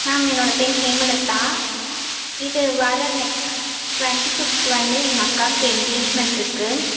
ma'am என்னோட பேர் ஹேமலத்தா இது வர நெக்ஸ்ட் வீக் ட்வெண்ட்டி ஃபிஃப்த் வந்து எங்கள் அக்காவுக்கு எங்கேஜ்மெண்ட் இருக்கு